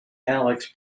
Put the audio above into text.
alex